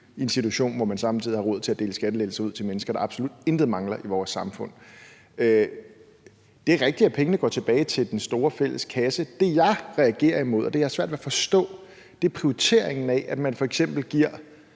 i en situation, hvor man samtidig har råd til at dele skattelettelser ud til mennesker, der absolut intet mangler i vores samfund. Det er rigtigt, at pengene går tilbage til den store fælles kasse. Det, jeg reagerer imod, og det, jeg har svært ved at forstå, er prioriteringen af, at man på den ene side